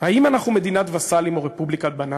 האם אנחנו מדינת וסלים שלכם,